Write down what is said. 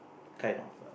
kind of err